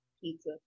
Pizza